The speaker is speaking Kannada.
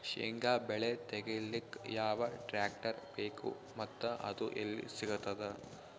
ಶೇಂಗಾ ಬೆಳೆ ತೆಗಿಲಿಕ್ ಯಾವ ಟ್ಟ್ರ್ಯಾಕ್ಟರ್ ಬೇಕು ಮತ್ತ ಅದು ಎಲ್ಲಿ ಸಿಗತದ?